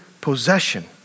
possession